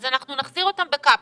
אז אנחנו נחזיר אותם בקפסולה".